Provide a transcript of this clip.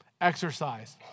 Exercise